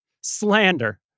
slander